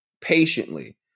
patiently